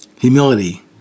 humility